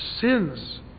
sins